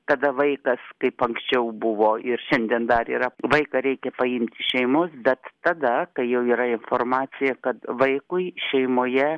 kada vaikas kaip anksčiau buvo ir šiandien dar yra vaiką reikia paimt iš šeimos bet tada kai jau yra informacija kad vaikui šeimoje